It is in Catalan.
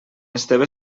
esteve